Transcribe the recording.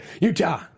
Utah